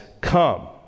come